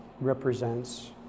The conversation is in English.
represents